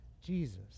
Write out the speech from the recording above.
Jesus